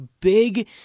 big